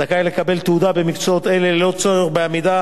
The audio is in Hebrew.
זכאי לקבל תעודה במקצועות אלה ללא צורך בעמידה